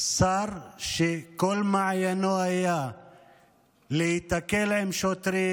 שר שכל מעייניו היו להיתקל בשוטרים,